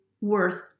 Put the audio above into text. worth